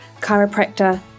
chiropractor